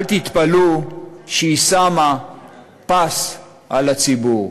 אל תתפלאו שהיא שמה פס על הציבור.